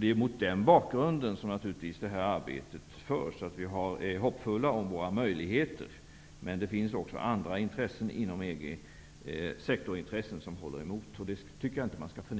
Det är mot den bakgrunden som detta arbete bedrivs. Vi är alltså hoppfulla om våra möjligheter. Men det skall inte förnekas att det inom EG också finns sektorintressen som håller emot. Man skall